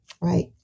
Right